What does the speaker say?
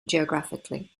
geographically